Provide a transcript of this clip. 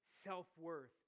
self-worth